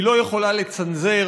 היא לא יכולה לצנזר,